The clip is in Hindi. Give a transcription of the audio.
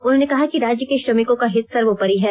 उन्होंने कहा कि राज्य के श्रमिकों का हित सर्वोपरि है